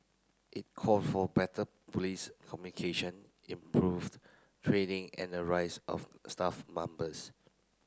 it call for better police communication improved training and a rise of staff